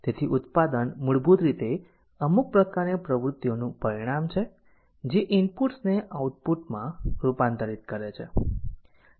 તેથી ઉત્પાદન મૂળભૂત રીતે અમુક પ્રકારની પ્રવૃત્તિઓનું પરિણામ છે જે ઇનપુટ્સને આઉટપુટમાં રૂપાંતરિત કરે છે